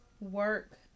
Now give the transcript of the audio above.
work